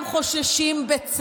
כולם חוששים,